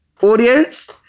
audience